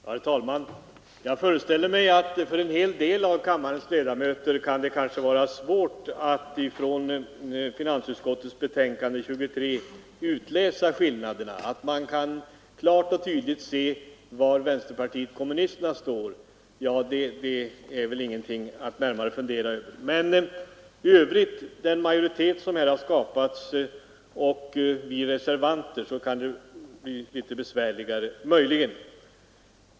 Herr talman! Jag föreställer mig att det för en hel del av kammarens ledamöter kan vara svårt att i finansutskottets betänkande nr 23 utläsa skillnaderna i uppfattning. Var vänsterpartiet kommunisterna står är ingenting att fundera över; det kan man klart och tydligt se. Men det kan möjligen bli litet besvärligare när det gäller majoritetsuppfattningen och reservanternas ställningstagande.